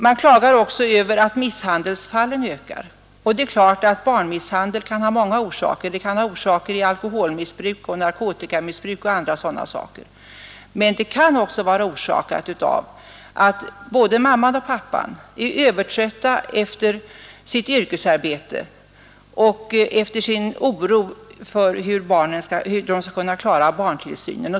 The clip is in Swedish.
Man klagar också över att misshandelsfallen ökar. Det är klart att barnmisshandeln kan ha många orsaker — alkoholmissbruk, narkotikamissbruk och andra sådana saker. Men den kan också vara orsakad av att både mamman och pappan är övertrötta efter sitt yrkesarbete och efter sin oro för hur de skall kunna klara barntillsynen.